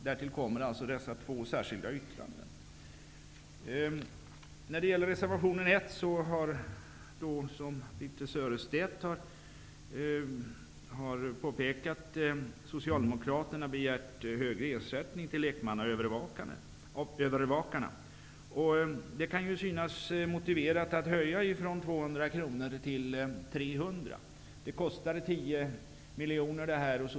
Därtill kommer två särskilda yttranden. Birthe Sörestedt redan har påpekat, högre ersättning till lekmannaövervakarna. Det kan synas motiverat att höja denna ersättning från 200 kr per månad till 300 kr. Det skulle kosta 10 miljoner kronor.